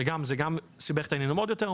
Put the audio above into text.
שזה גם סיבך את העניינים עוד יותר,